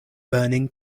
burning